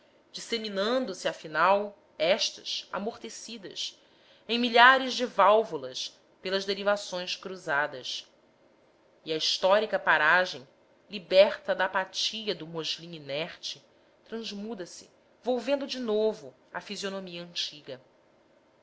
violentas disseminando se afinal estas amortecidas em milhares de válvulas pelas derivações cruzadas e a histórica paragem liberta da apatia do muslim inerte transmuda se volvendo de novo à fisionomia antiga